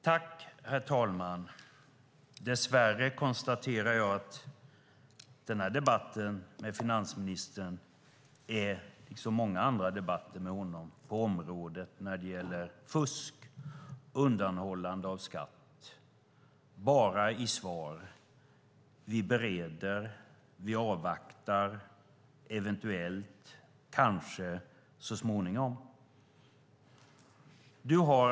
Herr talman! Jag konstaterar att vi i den här debatten med finansministern, som i många andra debatter med honom om området fusk och undanhållande av skatt, dess värre får i svar: Vi bereder, vi avvaktar, eventuellt, kanske, så småningom.